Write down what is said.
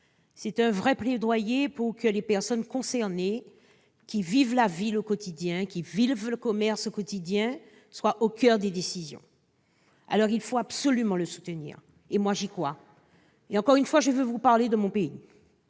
c'est un vrai plaidoyer pour que les personnes concernées, qui vivent la ville au quotidien, qui vivent le commerce au quotidien, soient au coeur des décisions. Il faut donc absolument le soutenir, et moi, j'y crois ! Mes chers collègues, encore une fois, je veux vous parler de mon pays